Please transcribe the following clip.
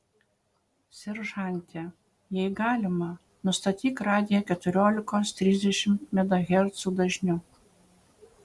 seržante jei galima nustatyk radiją keturiolikos trisdešimt megahercų dažniu